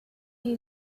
you